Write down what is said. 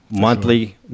monthly